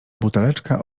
buteleczka